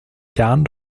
garn